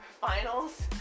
finals